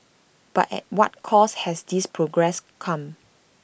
but at what cost has this progress come